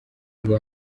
ngo